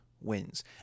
wins